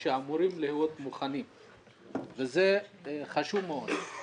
שאמורים להיות מוכנים וזה חשוב מאוד.